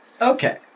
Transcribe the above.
okay